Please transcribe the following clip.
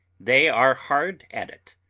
they are hard at it.